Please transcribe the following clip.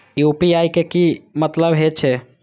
UPI के की मतलब हे छे?